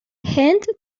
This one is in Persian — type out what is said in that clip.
هند